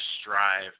strive